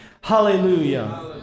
Hallelujah